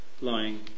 lying